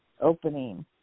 opening